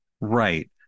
Right